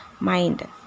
mind